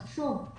שוב,